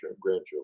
grandchildren